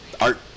art